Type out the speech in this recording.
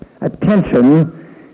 attention